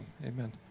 amen